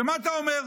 ומה אתה אומר?